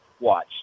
watch